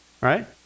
right